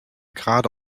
gerade